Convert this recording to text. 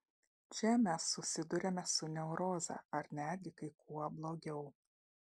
čia mes susiduriame su neuroze ar netgi kai kuo blogiau